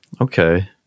Okay